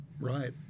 Right